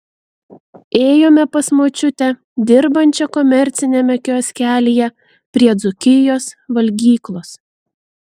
ėjome pas savo močiutę dirbančią komerciniame kioskelyje prie dzūkijos valgyklos